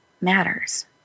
matters